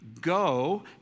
Go